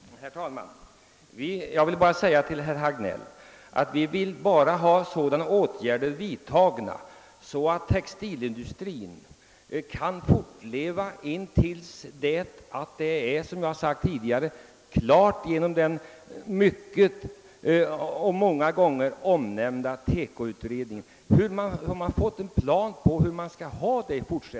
Herr talman! Jag vill helt kort säga till herr Hagnell att vi bara vill ha sådana åtgärder vidtagna att textilindustrin kan fortleva intill dess man genom den många gånger tidigare omnämnda TEKO-utredningen fått fram en plan över hur man i fortsättningen skall ha det. Detta har jag framhållit många gånger tidigare.